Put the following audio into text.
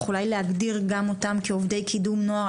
אולי להגדיר גם אותם כעובדי קידום נוער,